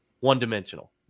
one-dimensional